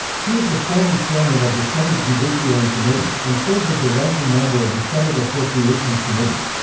he is the former chairman of the senate judiciary committee, and serves as the ranking member of the senate appropriations committee.